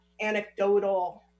anecdotal